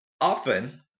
often